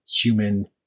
human